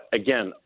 again